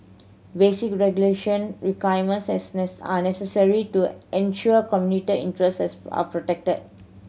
basic regulatory requirements are necessary to ensure commuter interests are protected